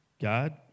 God